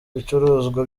ibicuruzwa